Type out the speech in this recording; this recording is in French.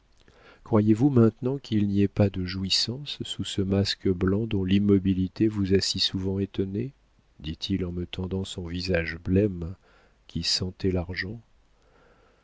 croyez-vous maintenant qu'il n'y ait pas de jouissances sous ce masque blanc dont l'immobilité vous a si souvent étonné dit-il en me tendant son visage blême qui sentait l'argent